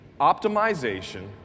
optimization